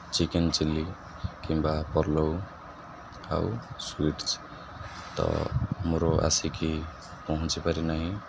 chicken chilli କିମ୍ବା ପଲଉ ଆଉ sweets ତ ମୋର ଆସିକି ପହଞ୍ଚି ପାରି ନାହିଁ